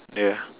yeah